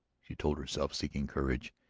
she told herself, seeking courage.